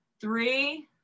three